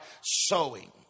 sowing